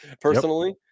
personally